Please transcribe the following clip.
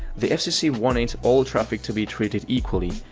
the fcc wanted all traffic to be treated equally,